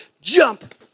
jump